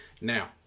Now